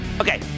Okay